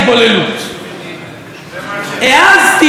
העזתי לתקוף את נושא ההתבוללות.